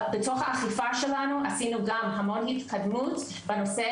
בתוך האכיפה שלנו עשינו גם המון התקדמות בנושא